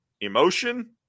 emotion